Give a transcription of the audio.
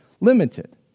limited